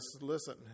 listen